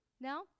No